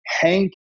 Hank